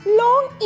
Long